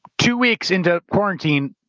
two weeks into quarantine,